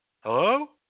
hello